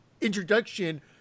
introduction